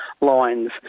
Lines